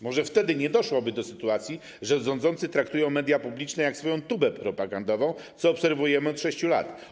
Może wtedy nie doszłoby do sytuacji, że rządzący traktują media publiczne jak swoją tubę propagandową, co obserwujemy od 6 lat.